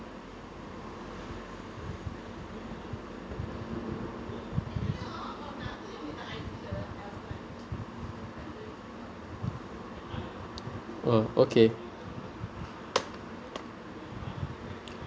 uh okay